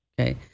okay